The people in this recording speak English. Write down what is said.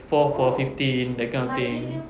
four for fifteen that kind of thing